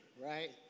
Right